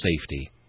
safety